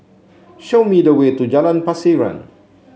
show me the way to Jalan Pasiran